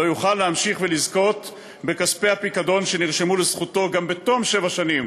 לא יוכל להמשיך ולזכות בכספי הפיקדון שנרשמו לזכותו גם בתום שבע שנים